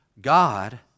god